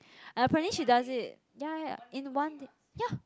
and apparently she does it ya ya in one day ya